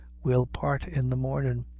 we'll part in the mornin'.